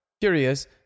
Curious